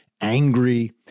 angry